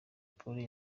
polly